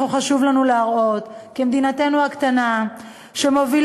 חשוב לנו להראות כי מדינתנו הקטנה מובילה